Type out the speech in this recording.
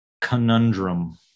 conundrum